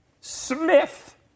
Smith